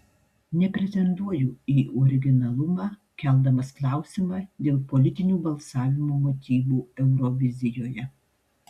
nepretenduoju į originalumą keldamas klausimą dėl politinių balsavimo motyvų eurovizijoje